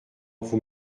vous